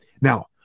Now